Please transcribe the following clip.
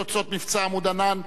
תוצאות מבצע "עמוד ענן",